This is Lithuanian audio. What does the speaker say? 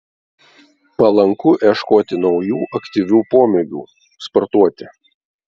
palanku ieškoti naujų aktyvių pomėgių sportuoti